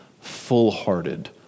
full-hearted